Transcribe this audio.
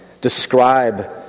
describe